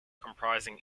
comprising